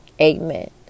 Amen